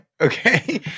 Okay